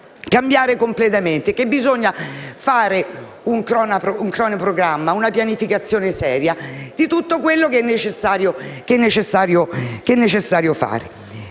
cambiare completamente, fare un cronoprogramma, una pianificazione seria di tutto quanto è necessario fare.